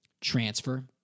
transfer